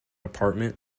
apartment